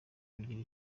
kugira